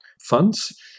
funds